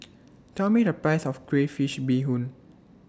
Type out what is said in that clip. Tell Me The Price of Crayfish Beehoon